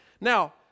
now